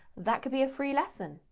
that could be a free lesson.